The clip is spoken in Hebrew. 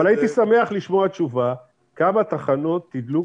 אבל הייתי שמח לשמוע תשובה כמה תחנות תדלוק